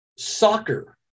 Soccer